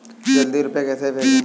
जल्दी रूपए कैसे भेजें?